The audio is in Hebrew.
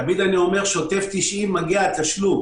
תמיד אני אומר: גם בשוטף פלוס 90 מגיע מועד התשלום.